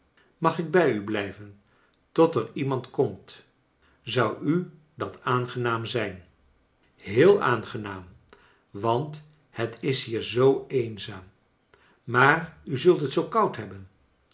mag ik bij u blijven tot er iemand komt zou u dat aangenaam zijn heel aangenaam want het is hier zoo eenzaam maar u zult het zoo koud hebben